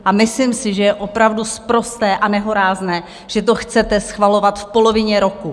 A myslím si, že je opravdu sprosté a nehorázné, že to chcete schvalovat v polovině roku.